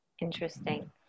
Interesting